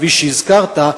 בכביש שהזכרת,